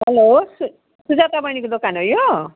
hello सु सुजाता बहिनीको दोकान हो यो